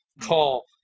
call